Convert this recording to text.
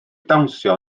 dawnsio